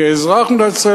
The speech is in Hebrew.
כאזרח במדינת ישראל,